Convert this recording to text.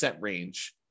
range